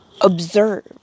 observe